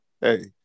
Hey